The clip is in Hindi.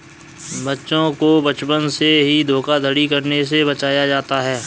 बच्चों को बचपन से ही धोखाधड़ी करने से बचाया जाता है